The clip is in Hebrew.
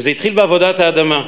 וזה התחיל בעבודת האדמה.